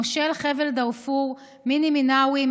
מושל חבל דארפור מיני מינאווי,